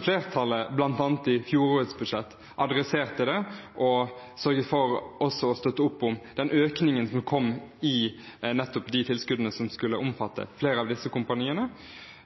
flertallet bl.a. i forbindelse med fjorårets budsjett adresserte det og sørget for også å støtte opp om den økningen som kom i nettopp de tilskuddene som skulle omfatte flere av disse kompaniene.